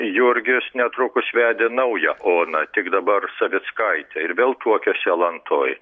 jurgis netrukus vedė naują oną tik dabar savickaitę ir vėl tuokėsi alantoj